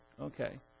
okay